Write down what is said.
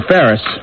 Ferris